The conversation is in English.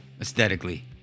Aesthetically